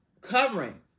covering